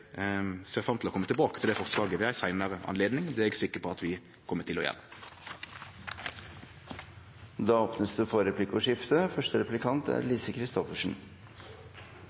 ser fram til å kome tilbake til dette forslaget ved ei seinare anledning. Det er eg sikker på at vi kjem til å gjere. Det blir replikkordskifte. Venstre er for